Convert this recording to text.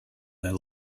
their